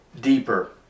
deeper